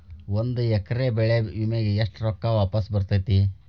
ಒಂದು ಎಕರೆ ಬೆಳೆ ವಿಮೆಗೆ ಎಷ್ಟ ರೊಕ್ಕ ವಾಪಸ್ ಬರತೇತಿ?